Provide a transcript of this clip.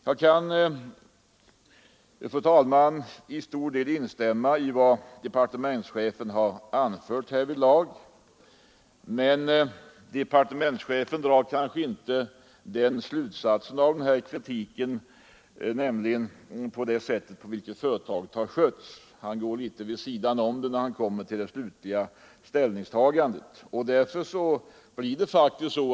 Jag kan, fru talman, till stor del instämma i vad departementschefen har anfört härvidlag. Men departementschefen drar inte slutsatsen av sin kritik mot det sätt på vilket företaget har skötts. Han går litet vid sidan om detta när han kommer till det slutliga ställningstagandet.